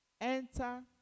Enter